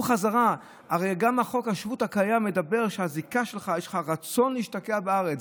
הרי גם חוק השבות הקיים מדבר על הרצון להשתקע בארץ.